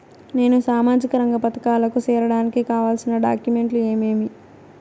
నేను సామాజిక రంగ పథకాలకు సేరడానికి కావాల్సిన డాక్యుమెంట్లు ఏమేమీ?